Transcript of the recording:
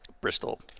Bristol